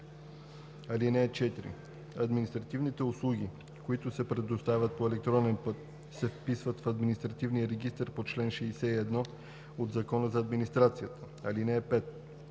– 6: „(4) Административните услуги, които се предоставят по електронен път, се вписват в Административния регистър по чл. 61 от Закона за администрацията. (5)